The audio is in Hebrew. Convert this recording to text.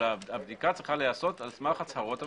אבל הבדיקה צריכה להיעשות על סמך הצהרות המבקש.